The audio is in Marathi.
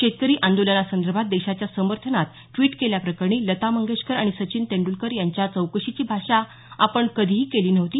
शेतकरी आंदोलनासंदर्भात देशाच्या समर्थनात द्वीट केल्याप्रकरणी लता मंगेशकर आणि सचिन तेंडलकर यांच्या चौकशीची भाषा आपण कधीही केली नव्हती